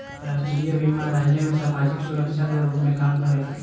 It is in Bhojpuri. राष्ट्रीय बीमा राज्य में सामाजिक सुरक्षा के रूप में काम करेला